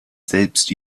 selbst